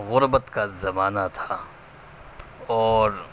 غربت کا زمانہ تھا اور